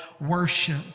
worship